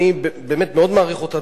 אני באמת מאוד מעריך אותך,